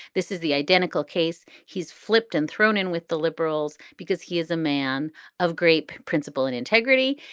this is the identical case. he's flipped and thrown in with the liberals because he is a man of great principle and integrity.